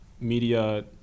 media